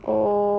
oh